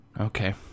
Okay